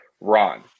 Ron